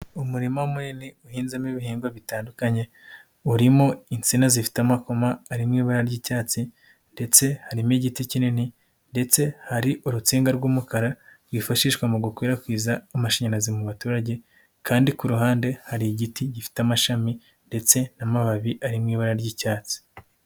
Umurima munini uhinzemo ibihingwa bitandukanye, urimo insina zifite amakoma ari mu ibara ry'icyatsi ndetse harimo igiti kinini ndetse hari urutsinga rw'umukara rwifashishwa mu gukwirakwiza amashanyarazi mu baturage kandi ku ruhande, hari igiti gifite amashami ndetse n'amababi ari mu ibara ry'icyatsi.